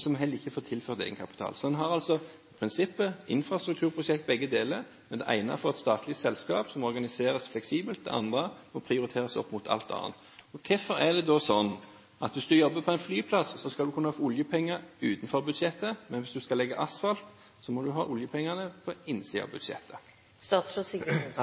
som får øremerkede avgiftsinntekter eller får tilført egenkapital. Begge deler er i prinsippet infrastrukturprosjekter, men når det gjelder det ene, har man et statlig selskap som organiseres fleksibelt, mens det andre må prioriteres opp mot alt annet. Hvorfor er det sånn at hvis du jobber på en flyplass, skal du kunne få oljepenger utenfor budsjettet, men hvis du skal legge asfalt, må du få oljepengene innenfor budsjettet? Det